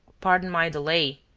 pardon my delay.